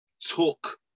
took